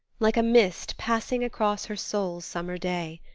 like a mist passing across her soul's summer day.